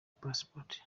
passport